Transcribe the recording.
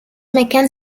meccan